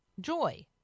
joy